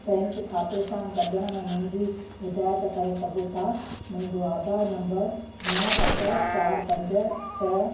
bank खाते सां गॾण में मुंहिंजी हिदायत करे सघो था मुंहिंजो आधार नम्बर नव सत चार पंज छह